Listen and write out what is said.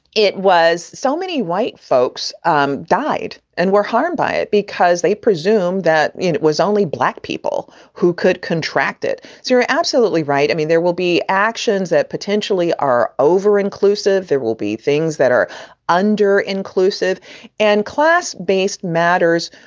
it was so many white folks um died and were harmed by it because they presume that it it was only black people who could contract it. so you're absolutely right. i mean, there will be actions that potentially are over inclusive. there will be things that are under inclusive and class based matters.